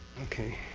okay.